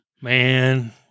Man